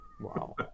Wow